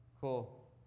cool